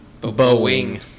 Boing